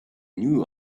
knew